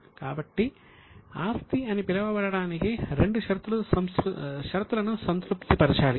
కాబట్టి ఆస్తి అని పిలవబడటానికి రెండు షరతులను సంతృప్తి పరచాలి